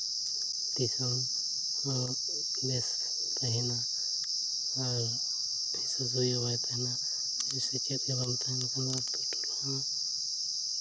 ᱛᱤᱥ ᱦᱚᱸ ᱵᱮᱥ ᱛᱟᱦᱮᱱᱟ ᱟᱨ ᱦᱤᱥᱟᱹᱼᱥᱩᱭᱟᱹ ᱵᱟᱭ ᱛᱟᱦᱮᱱᱟ ᱡᱩᱫᱤ ᱥᱮᱪᱮᱫ ᱜᱮᱵᱟᱝ ᱛᱟᱦᱮᱱ ᱠᱟᱱᱟ ᱟᱛᱳ ᱴᱚᱞᱟ ᱦᱚᱸ